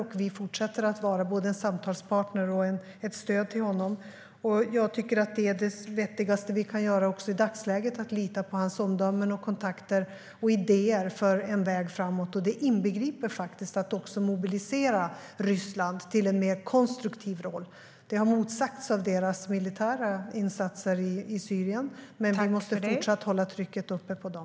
Och vi fortsätter att vara både en samtalspartner och ett stöd till honom. Jag tycker att det vettigaste vi kan göra också i dagsläget är att lita på hans omdömen, kontakter och idéer för en väg framåt. Det inbegriper faktiskt att också mobilisera Ryssland till en mer konstruktiv roll. Det har motsagts av deras militära insatser i Syrien. Men vi måste fortsatt hålla trycket uppe på dem.